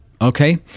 Okay